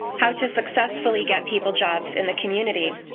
how to successfully get people jobs in the community.